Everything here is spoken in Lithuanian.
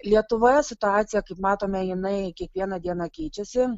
lietuvoje situacija kaip matome jinai kiekvieną dieną keičiasi